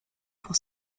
pour